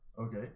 Okay